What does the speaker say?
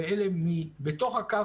ואלה שבתוך הקו,